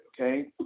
okay